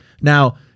Now-